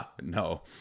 no